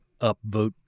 upvote